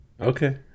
Okay